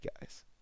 guys